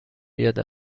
بیاد